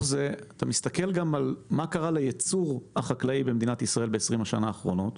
זה אתה מסתכל על הייצור ב-20 השנים האחרונות,